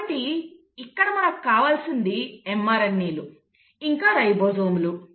కాబట్టి ఇక్కడ మనకు కావలసినది mRNA లు ఇంకా రైబోజోమ్లు